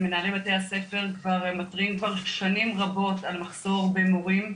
מנהלים בבתי הספר כבר מתריעים שנים רבות על מחסור במורים.